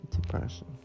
depression